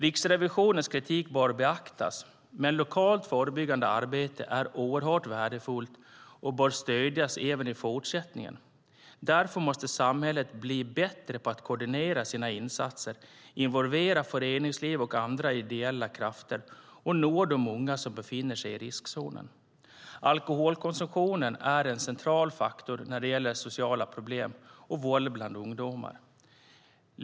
Riksrevisionens kritik bör beaktas. Men lokalt förebyggande arbete är oerhört värdefullt och bör stödjas även i fortsättningen. Däremot måste samhället bli bättre på att koordinera sina insatser, involvera föreningsliv och andra ideella krafter och nå de unga som befinner sig i riskzonen. Alkoholkonsumtionen är en central faktor när det gäller sociala problem och våld bland ungdomar.